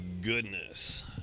goodness